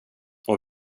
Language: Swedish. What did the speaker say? och